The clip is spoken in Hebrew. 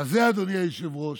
אדוני היושב-ראש,